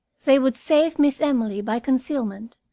they would save miss emily by concealment,